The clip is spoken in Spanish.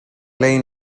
ley